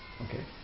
Okay